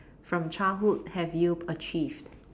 from childhood have you achieved